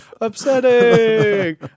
Upsetting